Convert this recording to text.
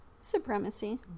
Supremacy